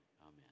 Amen